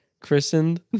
christened